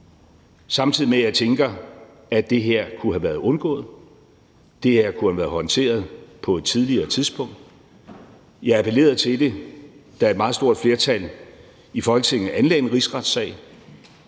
samtidig med at jeg tænker, at det her kunne have været undgået; det her kunne have været håndteret på et tidligere tidspunkt. Jeg appellerede til det, da et meget stort flertal i Folketinget anlagde en rigsretssag,